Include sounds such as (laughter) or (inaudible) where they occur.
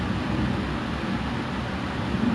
(noise) I think shafiqah will also be the same